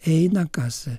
eina kas